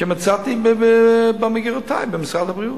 שמצאתי במשרד הבריאות: